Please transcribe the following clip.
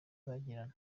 bagirana